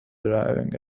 driving